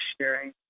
sharing